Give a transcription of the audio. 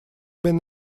been